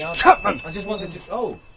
and chapman. i just wanted to oh,